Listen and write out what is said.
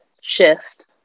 shift